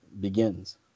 begins